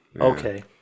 Okay